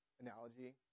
analogy